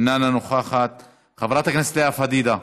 איננה נוכחת, חברת הכנסת לאה פדידה,